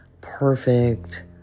perfect